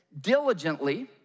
diligently